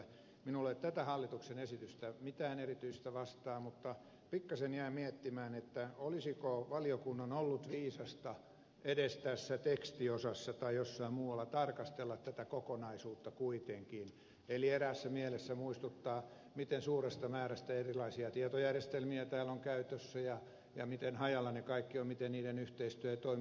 minulla ei ole mitään erityistä tätä hallituksen esitystä vastaan mutta pikkasen jään miettimään olisiko valiokunnan ollut viisasta edes tässä tekstiosassa tai jossain muualla tarkastella kuitenkin tätä kokonaisuutta eli eräässä mielessä muistuttaa miten suuri määrä erilaisia tietojärjestelmiä täällä on käytössä ja miten hajalla ne kaikki ovat miten niiden yhteistyö ei toimi